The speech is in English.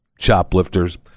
Shoplifters